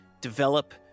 develop